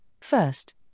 first